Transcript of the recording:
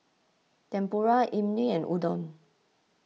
Tempura Imoni and Udon